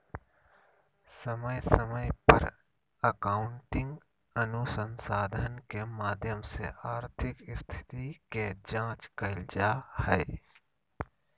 समय समय पर अकाउन्टिंग अनुसंधान के माध्यम से आर्थिक स्थिति के जांच कईल जा हइ